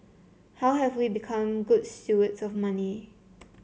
how have we become good stewards of money